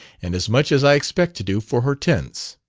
and as much as i expect to do for hortense.